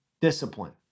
Discipline